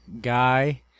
guy